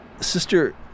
Sister